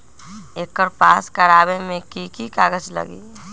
एकर पास करवावे मे की की कागज लगी?